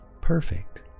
perfect